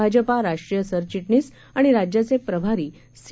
भाजपाराष्ट्रीयसरचिटणीसआणिराज्याचेप्रभारीसी